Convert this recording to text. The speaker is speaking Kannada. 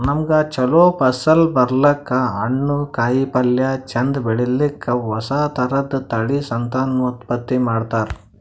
ನಮ್ಗ್ ಛಲೋ ಫಸಲ್ ಬರ್ಲಕ್ಕ್, ಹಣ್ಣ್, ಕಾಯಿಪಲ್ಯ ಚಂದ್ ಬೆಳಿಲಿಕ್ಕ್ ಹೊಸ ಥರದ್ ತಳಿ ಸಂತಾನೋತ್ಪತ್ತಿ ಮಾಡ್ತರ್